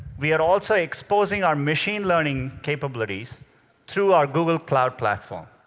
we are also exposing our machine learning capabilities through our google cloud platform.